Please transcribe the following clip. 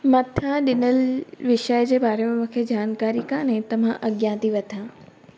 मथां ॾिनल विषय जे बारे में मूंखे जानकारी कोन्हे त मां अॻियां थी वधां